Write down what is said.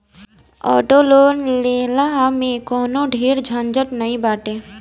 auto loan के लेहला में कवनो ढेर झंझट नाइ बाटे